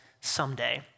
someday